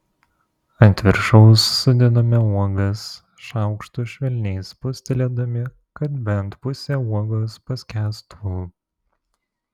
ant viršaus sudedame uogas šaukštu švelniai spustelėdami kad bent pusė uogos paskęstų